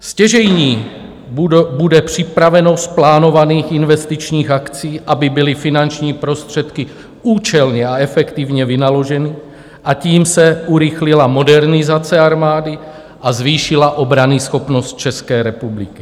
Stěžejní bude připravenost plánovaných investičních akcí, aby byly finanční prostředky účelně a efektivně vynaloženy, a tím se urychlila modernizace armády a zvýšila obranyschopnost České republiky.